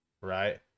right